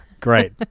Great